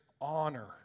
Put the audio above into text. honor